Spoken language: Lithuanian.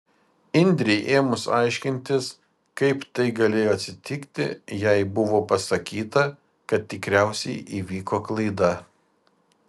indrei ėmus aiškintis kaip tai galėjo atsitikti jai buvo pasakyta kad tikriausiai įvyko klaida